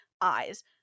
eyes